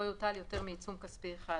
לפי חוק זהלא יוטל יותר מעיצום כספי אחד.